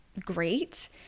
great